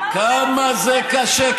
אוי, כמה שהאמת קשה.